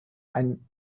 ein